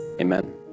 Amen